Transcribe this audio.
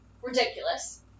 Ridiculous